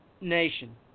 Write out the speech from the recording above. nation